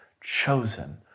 chosen